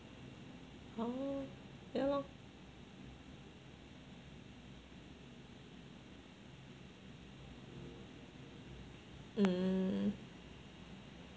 oh ya lor mm